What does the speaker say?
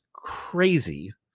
Crazy